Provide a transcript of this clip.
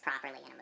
properly